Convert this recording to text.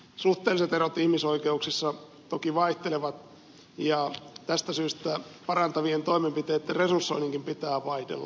suhteelliset erot ihmisoikeuksissa toki vaihtelevat ja tästä syystä parantavien toimenpiteitten resursoinninkin pitää vaihdella